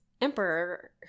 emperor